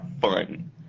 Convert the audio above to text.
fun